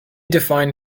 define